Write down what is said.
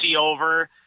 over